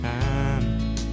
time